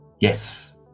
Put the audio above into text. yes